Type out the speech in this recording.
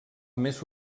més